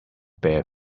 bare